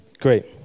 Great